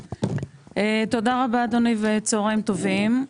תודה רבה, אדוני, וצוהריים טובים.